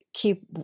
keep